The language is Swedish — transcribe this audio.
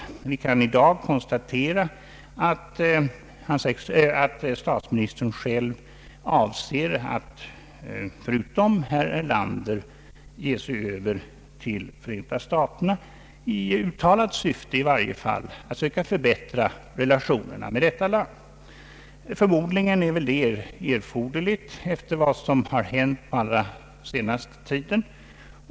Men vi kan i dag konstatera, att statsministern själv avser, förutom herr Erlander, att ge sig över till Förenta staterna i uttalat syfte att söka förbättra relationerna med detta land. Förmodligen är det erforderligt efter vad som har hänt på den allra senaste tiden.